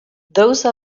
those